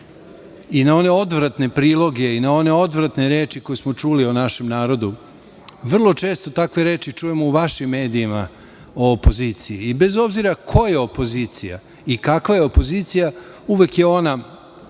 i na one odvratne priloge i na one odvratne reči koje smo čuli o našem narodu. Vrlo često takve reči čujemo u vašim medijima o opoziciji. Bez obzira ko je opozicija i kakva je opozicija, uvek je ona,